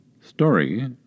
Story